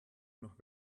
nach